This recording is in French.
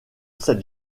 cette